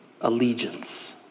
allegiance